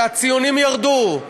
שהציונים ירדו,